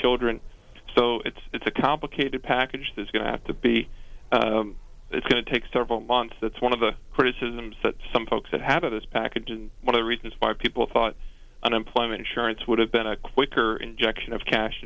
children so it's it's a complicated package that's going to have to be it's going to take several months that's one of the criticisms that some folks that have of this package and one of the reasons why people thought unemployment insurance would have been a quicker injection of cash